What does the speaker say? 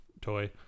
toy